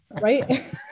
right